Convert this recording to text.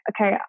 okay